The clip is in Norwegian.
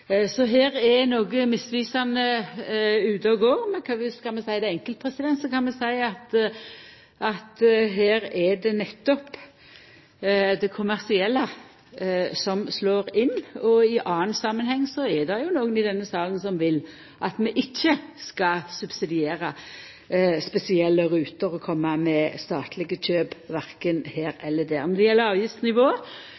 så her er det noko misvisande ute og går. Skal vi seia det enkelt, kan vi seia at her er det nettopp det kommersielle som slår inn. I ein annan samanheng er det jo nokre i denne salen som vil at vi ikkje skal subsidiera spesielle ruter og koma med statlege kjøp, verken her